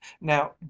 Now